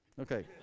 Okay